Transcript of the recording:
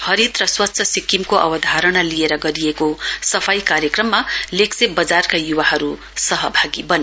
हरित र स्वच्छ सिक्किमको अवधारणा लिएर गरिएको सफाई कार्यक्रममा लेक्शेप बजारका युवाहरू सहभागी बने